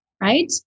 right